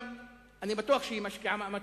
אני בטוח שהיא משקיעה מאמצים.